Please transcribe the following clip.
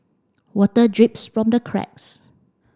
water drips from the cracks